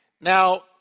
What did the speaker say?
Now